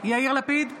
יאיר לפיד,